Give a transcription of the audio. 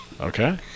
Okay